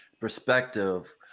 perspective